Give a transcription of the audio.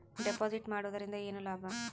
Deposit ಮಾಡುದರಿಂದ ಏನು ಲಾಭ?